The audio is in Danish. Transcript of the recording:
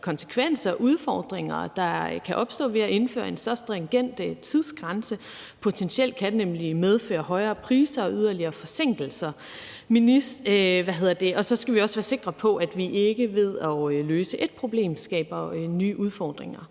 konsekvenser og udfordringer, der kan opstå ved at indføre en så stringent tidsgrænse. Potentielt kan det nemlig medføre højere priser og yderligere forsinkelser. Og så skal vi også være meget sikre på, at vi ikke ved at løse ét problem skaber nye udfordringer.